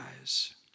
eyes